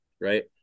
right